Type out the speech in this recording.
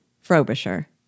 Frobisher